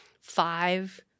five